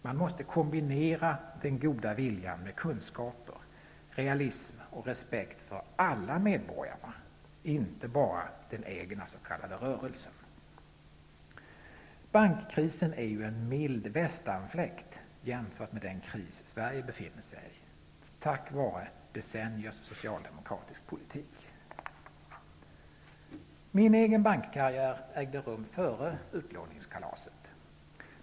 Man måste kombinera den goda viljan med kunskaper, realism och respekt för alla medborgare -- inte bara för den egna s.k. rörelsen. Bankkrisen är en mild västanfläkt jämfört med den kris som Sverige befinner sig i, på grund av socialdemokratisk politik under decennier. Min egen bankkarriär ägde rum före utlåningskalaset.